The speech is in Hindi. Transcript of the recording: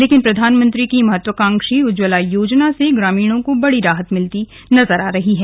लेकिन प्रधानमंत्री की महत्वाकांक्षी उज्जवला योजना से ग्रामीणों को बड़ी राहत मिलती नजर आ रही है